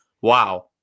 Wow